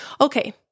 Okay